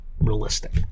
realistic